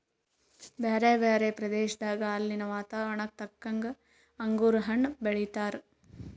ಬ್ಯಾರೆ ಬ್ಯಾರೆ ಪ್ರದೇಶದಾಗ ಅಲ್ಲಿನ್ ವಾತಾವರಣಕ್ಕ ತಕ್ಕಂಗ್ ಅಂಗುರ್ ಹಣ್ಣ್ ಬೆಳೀತಾರ್